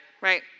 right